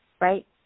right